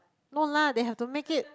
no lah they have to make it